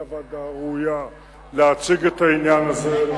היא הוועדה הראויה להציג את העניין הזה,